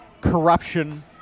corruption